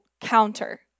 counter